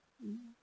mm